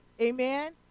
Amen